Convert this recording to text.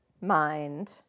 mind